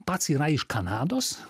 pats yra iš kanados